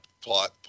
plot